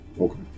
Okay